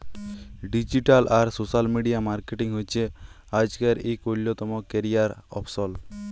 digital আর social media marketing হছে আইজকের ইক অল্যতম ক্যারিয়ার অপসল